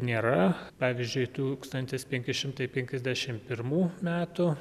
nėra pavyzdžiui tūkstantis penki šimtai penkiasdešim pirmų metų